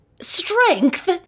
Strength